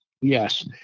yes